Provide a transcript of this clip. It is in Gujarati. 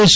એસ